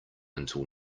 until